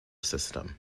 system